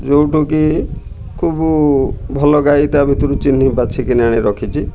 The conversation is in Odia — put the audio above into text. ଯେଉଁଠୁ କି ଖୁବ ଭଲ ଗାଈ ତା ଭିତରୁ ଚିହ୍ନି ବାଛିକିନି ଆଣି ରଖିଛି